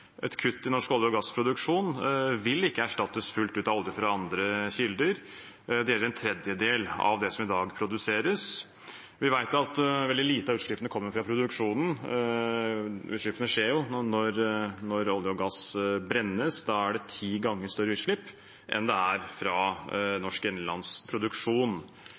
et kutt i norsk olje- og gassproduksjon ikke vil erstattes fullt ut av olje fra andre kilder. Det gjelder en tredjedel av det som i dag produseres. Vi vet at veldig lite av utslippene kommer fra produksjonen. Utslippene skjer når olje og gass brennes. Da er det ti ganger større utslipp enn fra norsk